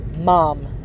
Mom